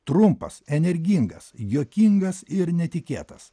trumpas energingas juokingas ir netikėtas